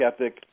ethic